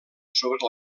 sobre